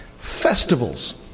Festivals